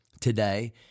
today